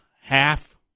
half